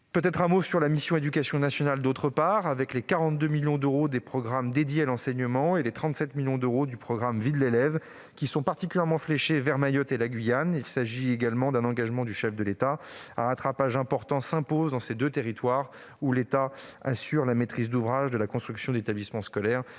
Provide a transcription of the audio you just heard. Pour ce qui concerne la mission « Éducation nationale », les 42 millions d'euros des programmes dédiés à l'enseignement et les 37 millions d'euros du programme « Vie de l'élève » sont particulièrement fléchés vers Mayotte et la Guyane. Il s'agit également d'un engagement du Président de la République. Un rattrapage important s'impose dans ces deux territoires, où l'État assure la maîtrise d'ouvrage de la construction d'établissements scolaires.